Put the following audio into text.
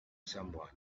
someone